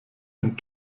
ein